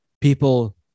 people